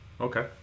Okay